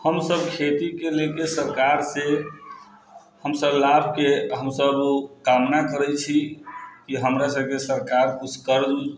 हमसब खेतीके लऽ कऽ सरकारसँ हमसब लाभके हमसब कामना करै छी कि हमरासबके सरकार कुछ कर्ज उर्ज